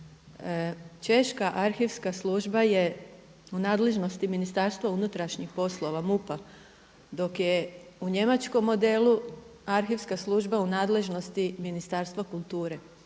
Češka arhivska služba je u nadležnosti Ministarstva unutrašnjih poslova MUP-a dok je u njemačkom modelu arhivska služba u nadležnosti Ministarstva kulture.